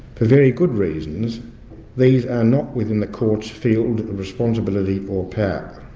very good reasons these are not within the court's field of responsibility or power.